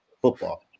football